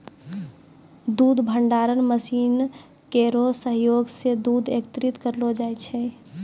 दूध भंडारण मसीन केरो सहयोग सें दूध एकत्रित करलो जाय छै